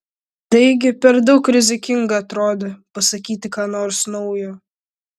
taigi per daug rizikinga atrodė pasakyti ką nors naujo